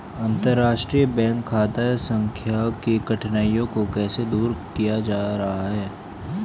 अंतर्राष्ट्रीय बैंक खाता संख्या की कठिनाइयों को कैसे दूर किया जा रहा है?